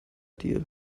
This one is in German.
deal